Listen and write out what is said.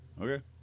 Okay